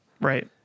Right